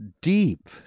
deep